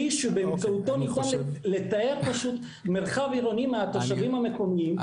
כלי שבאמצעותו ניתן לטהר פשוט מרחב עירוני מהתושבים המקומיים,